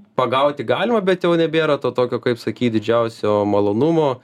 pagauti galima bet jau nebėra to tokio kaip sakyt didžiausio malonumo